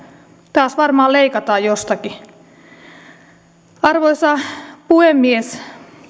taas varmaan leikataan jostakin arvoisa puhemies